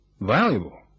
Valuable